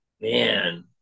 man